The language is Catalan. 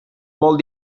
molt